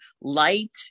light